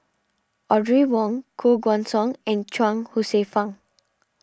Audrey Wong Koh Guan Song and Chuang Hsueh Fang